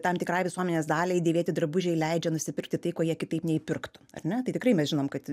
tam tikrai visuomenės daliai dėvėti drabužiai leidžia nusipirkti tai ko jie kitaip neįpirktų ar ne tai tikrai mes žinom kad